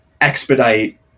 expedite